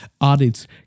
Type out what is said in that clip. audits